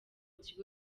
kigo